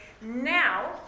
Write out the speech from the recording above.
Now